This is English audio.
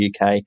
uk